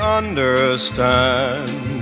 understand